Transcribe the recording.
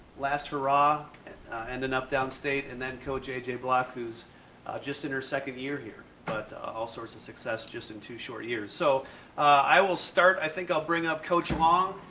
last hurrah. and ended up downstate and then coach jj block, who's just in her second year here, but all sorts of success just in two short years. so i will start i think i'll bring up coach long,